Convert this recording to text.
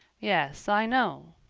yes, i know,